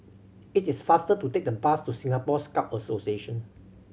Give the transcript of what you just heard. it is faster to take the bus to Singapore Scout Association